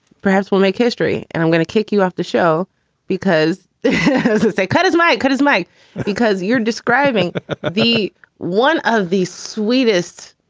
perhaps we'll make history. and i'm going to kick you off the show because they cut his mike cut his mike because you're describing the one of the sweetest,